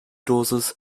dosis